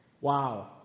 Wow